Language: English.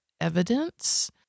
evidence